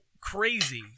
crazy